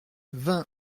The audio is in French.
vingt